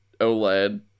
oled